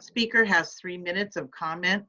speaker has three minutes of comment,